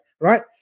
right